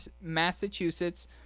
Massachusetts